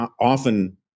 often